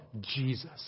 Jesus